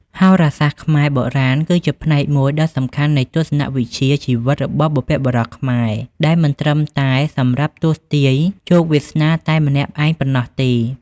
ហោរាសាស្ត្រខ្មែរបុរាណគឺជាផ្នែកមួយដ៏សំខាន់នៃទស្សនៈវិជ្ជាជីវិតរបស់បុព្វបុរសខ្មែរ ដែលមិនត្រឹមតែសម្រាប់ទស្សន៍ទាយជោគវាសនាតែម្នាក់ឯងប៉ុណ្ណោះទេ។